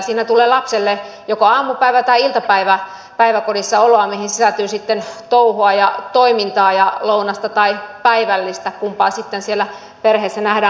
siinä tulee lapselle joko aamupäivä tai iltapäivä päiväkodissa oloa mihin sisältyy sitten touhua ja toimintaa ja lounasta tai päivällistä kumpi sitten siellä perheessä nähdään parhaaksi